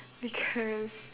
because